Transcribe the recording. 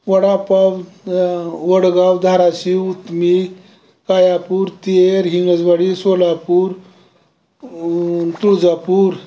vada pav Vadgaon Dharashiv Uthmi Kayapur Ther Hingajwadi Solapur Tuljapur